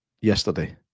yesterday